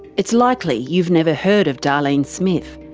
it's likely you've never heard of darlene smith.